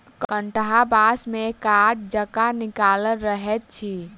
कंटहा बाँस मे काँट जकाँ निकलल रहैत अछि